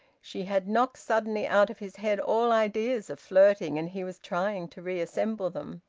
she had knocked suddenly out of his head all ideas of flirting, and he was trying to reassemble them.